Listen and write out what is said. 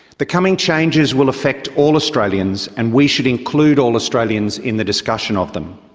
the coming changes will affect all australians and we should include all australians in the discussion of them.